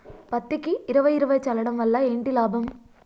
పత్తికి ఇరవై ఇరవై చల్లడం వల్ల ఏంటి లాభం?